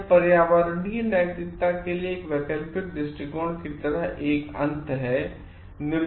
तो यह पर्यावरणीय नैतिकता के लिए एक वैकल्पिक दृष्टिकोण की तरह एक अंत है